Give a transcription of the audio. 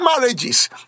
marriages